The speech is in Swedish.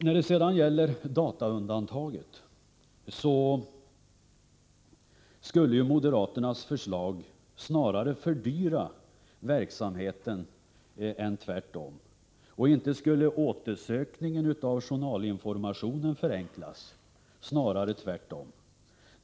När det gäller dataundantaget skulle moderaternas förslag snarare fördyra verksamheten än tvärtom. Och inte skulle återsökningen av journalinformationen förenklas, snarare tvärtom.